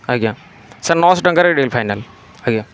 ଆଜ୍ଞା ସାର୍ ନଅଶହ ଟଙ୍କାରେ ଡିଲ୍ ଫାଇନାଲ ଆଜ୍ଞା